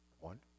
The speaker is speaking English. one